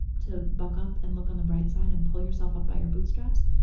to buck up and look on the bright side and pull yourself up by your bootstraps?